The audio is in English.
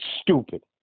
stupid